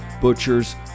butchers